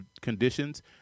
conditions